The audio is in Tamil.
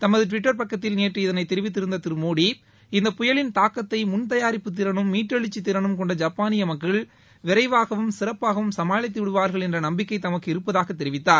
தமது டுவிட்டர் பக்கத்தில் நேற்று இதனை தெரிவித்த திரு மோடி இந்த புயலின் தாக்கத்தை முன்தயாரிப்பு திறனும் மீட்டெழுச்சி திறனும் கொண்ட ஜப்பாளிய மக்கள் விரைவாகவும் சிறப்பாகவும் சமாளித்துவிடுவார்கள் என்ற நம்பிக்கை தமக்கு இருப்பதாக தெரிவித்தார்